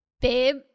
Babe